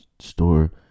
store